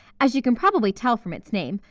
as you can probably tell from its name,